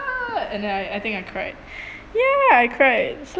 and then I I think I cried ya I cried so